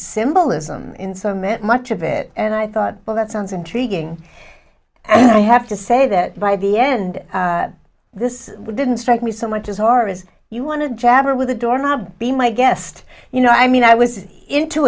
symbolism in so meant much of it and i thought well that sounds intriguing and i have to say that by the end this didn't strike me so much as or as you want to jabber with the door knob be my guest you know i mean i was